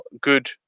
good